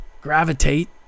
gravitate